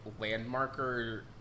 landmarker